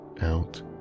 out